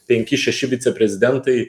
penki šeši viceprezidentai